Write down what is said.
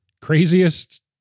craziest